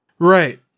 Right